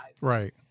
Right